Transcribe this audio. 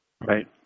Right